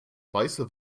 weiße